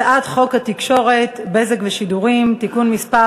הצעת חוק התקשורת (בזק ושידורים) (תיקון מס'